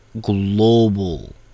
global